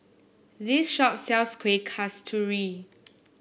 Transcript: this shop sells Kueh Kasturi